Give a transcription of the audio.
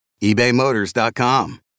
ebaymotors.com